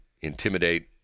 intimidate